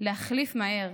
להחליף מהר,